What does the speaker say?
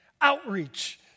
outreach